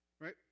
Right